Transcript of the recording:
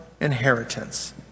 inheritance